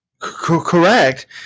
correct